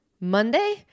Monday